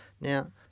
Now